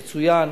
יצוין,